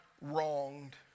wronged